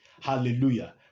Hallelujah